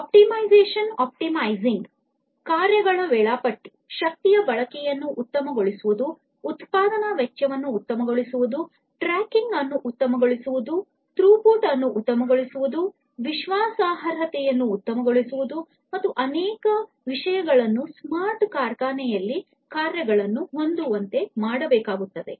optimisation optimising ಕಾರ್ಯಗಳ ವೇಳಾಪಟ್ಟಿ ಶಕ್ತಿಯ ಬಳಕೆಯನ್ನು ಉತ್ತಮಗೊಳಿಸುವುದು ಉತ್ಪಾದನಾ ವೆಚ್ಚವನ್ನು ಉತ್ತಮಗೊಳಿಸುವುದು ಟ್ರ್ಯಾಕಿಂಗ್ ಅನ್ನು ಉತ್ತಮಗೊಳಿಸುವುದು ಥ್ರೋಪುಟ್ ಅನ್ನು ಉತ್ತಮಗೊಳಿಸುವುದು ವಿಶ್ವಾಸಾರ್ಹತೆಯನ್ನು ಉತ್ತಮಗೊಳಿಸುವುದು ಮತ್ತು ಇನ್ನೂ ಅನೇಕ ವಿಷಯಗಳನ್ನು ಸ್ಮಾರ್ಟ್ ಕಾರ್ಖಾನೆಯಲ್ಲಿ ಕಾರ್ಯಗಳನ್ನು ಹೊಂದುವಂತೆ ಮಾಡಬೇಕಾಗುತ್ತದೆ